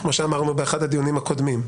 - כמו שאמרנו באחד הדיונים הקודמים,